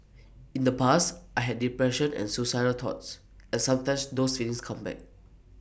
in the past I had depression and suicidal thoughts and sometimes those feelings come back